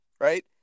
Right